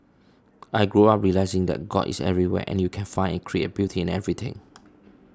I grew up realising that God is everywhere and you can find and create beauty in everything